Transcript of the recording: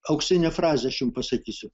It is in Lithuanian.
auksinė frazė aš jums pasakysiu